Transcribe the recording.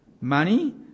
money